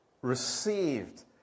received